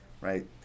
right